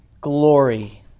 glory